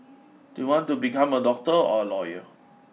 do you want to become a doctor or a lawyer